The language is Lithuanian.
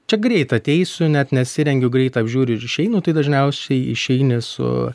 čia greit ateisiu net nesirengiu greit apžiūriu ir išeinu tai dažniausiai išeini su